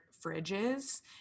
fridges